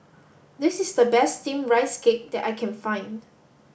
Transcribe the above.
this is the best Steamed Rice Cake that I can find